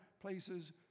places